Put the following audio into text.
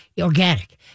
organic